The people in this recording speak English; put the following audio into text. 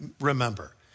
remember